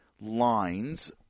lines